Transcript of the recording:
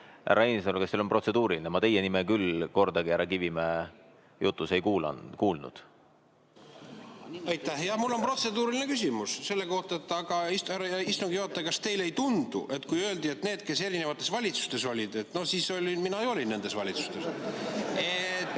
Härra Reinsalu, kas teil on protseduuriline? Ma teie nime küll kordagi härra Kivimäe jutus ei kuulnud. Aitäh! Jah, mul on protseduuriline küsimus. Härra istungi juhataja, kas teile ei tundu, et kui öeldi, et need, kes erinevates valitsustes olid, no siis mina ju olin nendes valitsustes?